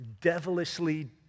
devilishly